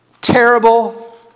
terrible